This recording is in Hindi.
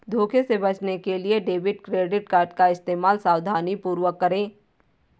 धोखे से बचने के लिए डेबिट क्रेडिट कार्ड का इस्तेमाल सावधानीपूर्वक करें